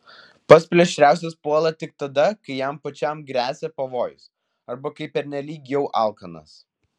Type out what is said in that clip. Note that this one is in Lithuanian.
pats plėšriausias puola tik tada kai jam pačiam gresia pavojus arba kai pernelyg jau alkanas